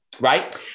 Right